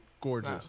Gorgeous